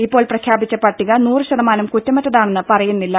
ഇപ്പോൾ പ്രഖ്യാപിച്ച പട്ടിക നൂറ് ശതമാനം കുറ്റമറ്റതാണെന്ന് പറയുന്നില്ല